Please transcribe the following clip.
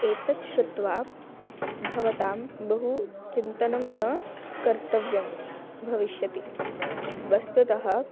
एतत् श्रुत्वा भवतां बहु चिन्तनं न कर्तव्यं भविष्यति वस्तुतः